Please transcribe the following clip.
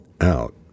out